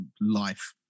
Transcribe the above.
life